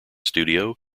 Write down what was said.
studio